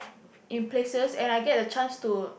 in places and I get the chance to